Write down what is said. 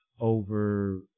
over